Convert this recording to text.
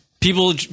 People